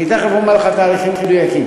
אני תכף אומר לך תאריכים מדויקים,